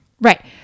right